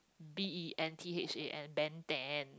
B E N T H A N Ben-Than